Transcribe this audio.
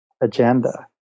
agenda